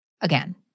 Again